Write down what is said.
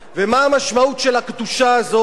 ומה המשמעות של הקדושה הזאת?